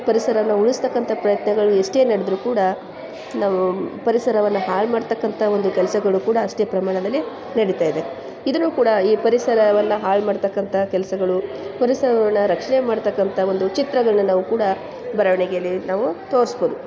ಪರಿಸರನ್ನು ಉಳಿಸ್ತಕ್ಕಂಥ ಪ್ರಯತ್ನಗಳು ಎಷ್ಟೇ ನಡೆದ್ರೂ ಕೂಡ ನಾವು ಪರಿಸರವನ್ನು ಹಾಳ್ಮಾಡ್ತಕ್ಕಂಥ ಒಂದು ಕೆಲಸಗಳು ಕೂಡ ಅಷ್ಟೇ ಪ್ರಮಾಣದಲ್ಲಿ ನಡೀತಾ ಇದೆ ಇದನ್ನು ಕೂಡ ಈ ಪರಿಸರವನ್ನು ಹಾಳ್ಮಾಡ್ತಕ್ಕಂಥ ಕೆಲಸಗಳು ಪರಿಸರವನ್ನು ರಕ್ಷಣೆ ಮಾಡ್ತಕ್ಕಂಥ ಒಂದು ಚಿತ್ರಗಳನ್ನ ನಾವು ಕೂಡ ಬರವಣಿಗೆಯಲ್ಲಿ ನಾವು ತೋರಿಸ್ಬೋದು